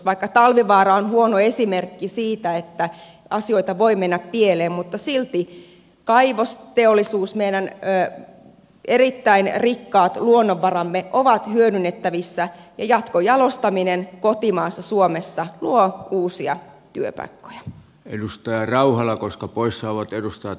vaikka talvivaara on huono esimerkki siitä että asioita voi mennä pieleen silti kaivosteollisuus meidän erittäin rikkaat luonnonvaramme ovat hyödynnettävissä ja jatkojalostaminen kotimaassa suomessa luo uusia työpaikkoja edustaja rauhala koska poissaolot edustajat